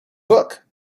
book